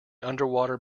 underwater